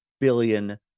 billion